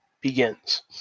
begins